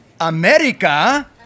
America